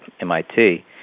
MIT